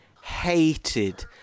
hated